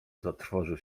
zatrwożył